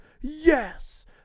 yes